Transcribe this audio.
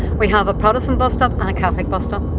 we have a protestant bus stop and a catholic bus stop.